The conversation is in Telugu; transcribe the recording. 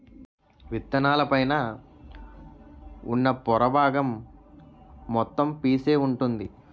విత్తనాల పైన ఉన్న పొర బాగం మొత్తం పీసే వుంటుంది